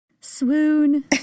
swoon